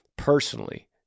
personally